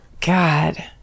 god